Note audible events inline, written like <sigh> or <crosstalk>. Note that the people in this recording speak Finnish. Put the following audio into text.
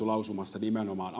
<unintelligible> lausumassa päätyneet nimenomaan <unintelligible>